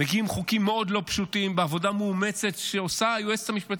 מגיעים חוקים מאוד לא פשוטים בעבודה מאומצת שעושה היועצת המשפטית